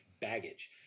baggage